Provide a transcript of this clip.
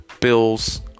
Bills